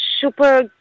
super